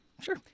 Sure